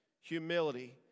humility